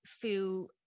feel